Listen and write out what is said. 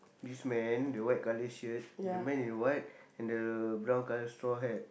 this man the white colour shirt the man in white and the brown colour straw hat